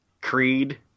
Creed